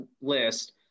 list